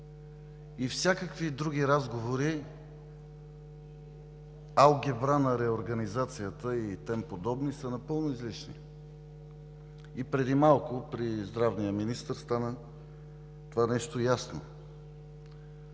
Всякакви други разговори – алгебра на реорганизацията и тем подобни, са напълно излишни. Преди малко при здравния министър стана ясно това нещо.